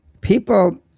people